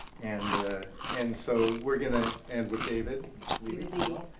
and and so we're going to. and with david. david lieby.